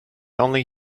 only